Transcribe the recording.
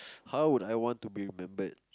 how would I want to be remembered